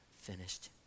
finished